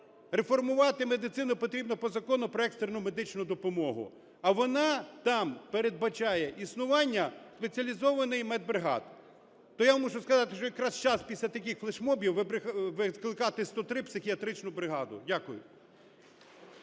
реформувати медицину потрібно по Закону "Про екстрену медичну допомогу". А вона там передбачає існування спеціалізованої медбригади. То я вам мушу сказати, що якраз час після таких флешмобів викликати 103 психіатричну бригаду. Дякую.